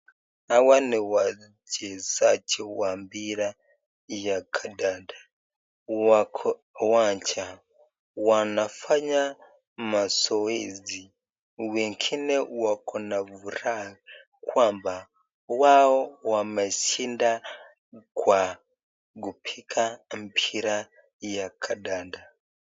Hawa ni wachezaji wa mpira ya kandanda, wako uwanja wanafanya mazoezi. Wengine wako na furaha kwamba wao wameshinda kwa kupiga mpira ya kandanda.